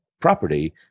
property